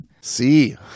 See